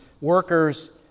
workers